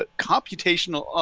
ah computational,